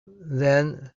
then